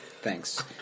Thanks